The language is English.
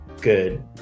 good